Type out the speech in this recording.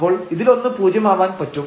അപ്പോൾ ഇതിലൊന്ന് പൂജ്യം ആവാൻ പറ്റും